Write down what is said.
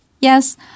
Yes